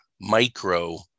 micro